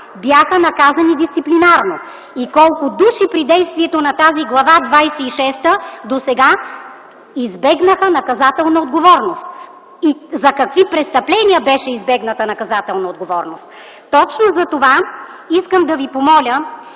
бяха наказани дисциплинарно? И колко души при действието на тази Глава двадесет и шеста досега избегнаха наказателна отговорност и за какви престъпления беше избегната наказателна отговорност? Точно затова искам да ви помоля